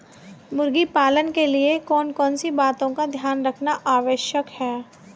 मुर्गी पालन के लिए कौन कौन सी बातों का ध्यान रखना आवश्यक है?